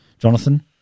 jonathan